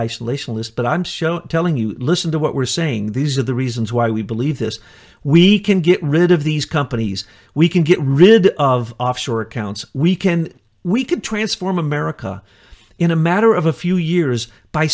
isolationist but i'm show telling you listen to what we're saying these are the reasons why we believe this we can get rid of these companies we can get rid of offshore accounts we can we could transform america in a matter of a few years by